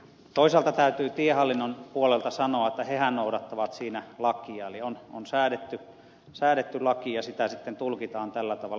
toisaalta täytyy tiehallinnon puolelta sanoa että sehän noudattaa siinä lakia eli on säädetty laki ja sitä sitten tulkitaan tällä tavalla